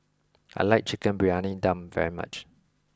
I like Chicken Briyani Dum very much